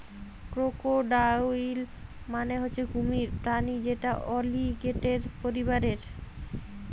crocodile মানে হচ্ছে কুমির প্রাণী যেটা অলিগেটের পরিবারের